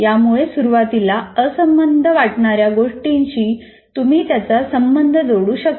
यामुळे सुरुवातीला असंबद्ध वाटणार्या गोष्टीशी तुम्ही त्याचा संबंध जोडू शकता